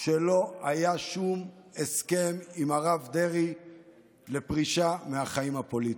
שלא היה שום הסכם עם הרב דרעי לפרישה מהחיים הפוליטיים.